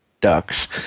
Ducks